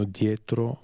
dietro